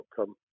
outcome